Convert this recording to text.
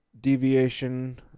deviation